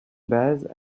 base